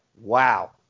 Wow